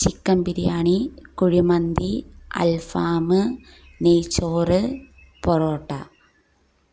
chicken biryani kuzhimanthi അൽഫാമ് നെയ്ച്ചോറ് പൊറോട്ട